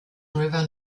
river